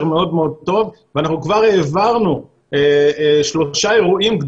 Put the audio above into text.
מאוד מאוד טוב ואנחנו כבר העברנו שלושה אירועים,